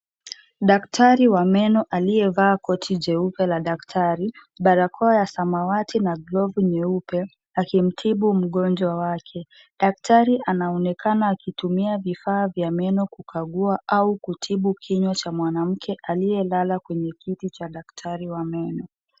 Daktari wa meno aliyevaa koti jeupe la daktari, barakoa ya samawati na glovu nyeupe akimtibu mgonjwa wake, daktari anaonekana akitumia vifaa vya meno kukagua au kutibu kinywa cha mwanamke aliyelala kwenye kiti cha daktari wa meno.